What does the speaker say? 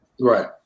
Right